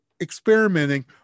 experimenting